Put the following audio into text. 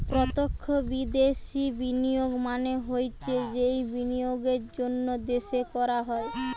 প্রত্যক্ষ বিদ্যাশি বিনিয়োগ মানে হৈছে যেই বিনিয়োগ অন্য দেশে করা হয়